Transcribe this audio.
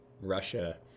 Russia